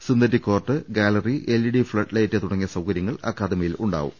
synthetic court gallery L E D flood light തുടങ്ങിയ സൌകര്യങ്ങൾ അക്കാദമിയിൽ ഉണ്ടാ കും